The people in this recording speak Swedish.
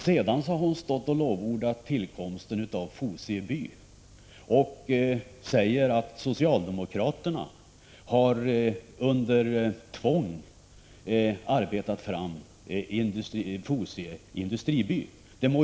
Sedan står hon och lovordar tillkomsten av Fosie by och säger att socialdemokraterna har arbetat fram Fosie industriby under tvång.